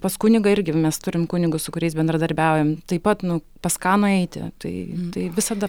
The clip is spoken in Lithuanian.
pas kunigą irgi mes turim kunigus su kuriais bendradarbiaujam taip pat nu pas ką nueiti tai tai visada